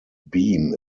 beam